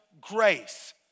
grace